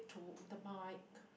to the mic